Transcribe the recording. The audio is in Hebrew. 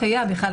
ולכן,